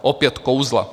Opět kouzla.